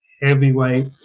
heavyweight